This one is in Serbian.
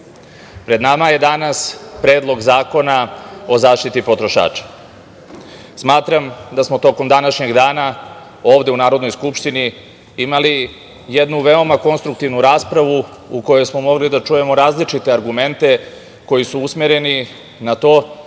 pred nama je danas Predlog zakona o zaštiti potrošača. Smatram da smo tokom današnjeg dana ovde u Narodnoj skupštini imali jednu veoma konstruktivnu raspravu u kojoj smo mogli da čujemo različite argumente koji su usmereni na to